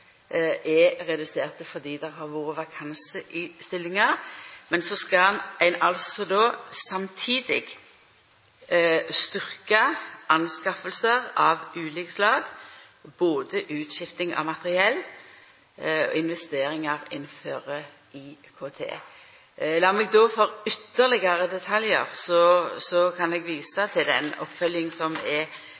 er reduserte fordi det har vore vakanse i stillingar. Men så skal ein samtidig styrkja anskaffingar av ulike slag, både utskifting av materiell og investeringar innafor IKT. Lat meg for ytterlegare detaljar visa til den oppfølginga som er